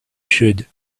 should